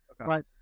Right